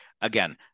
Again